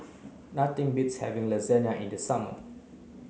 nothing beats having Lasagna in the summer